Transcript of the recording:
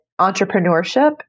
entrepreneurship